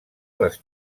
les